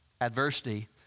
adversity